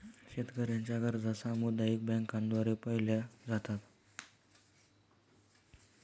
शेतकऱ्यांच्या गरजा सामुदायिक बँकांद्वारे पाहिल्या जातात